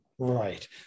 Right